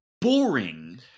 boring